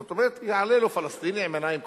זאת אומרת יעלה לו פלסטיני עם עיניים כחולות,